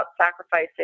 sacrificing